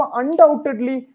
undoubtedly